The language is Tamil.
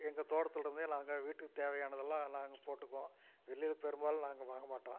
எங்கள் தோட்டத்தில் இருந்தே நாங்கள் வீட்டுக்கு தேவையானதெல்லாம் நாங்கள் போட்டுக்குவோம் வெளியில் பெரும்பாலும் நாங்கள் வாங்க மாட்டோம்